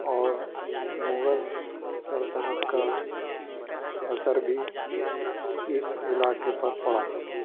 اور مغل سلطنت کا اثر بھی اس علاقے پر پڑھا